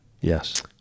Yes